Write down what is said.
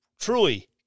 truly